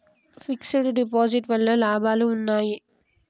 Fix డ్ deposit వల్ల లాభాలు ఉన్నాయి?